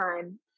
time